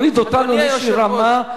זה מוריד אותנו לאיזושהי רמה,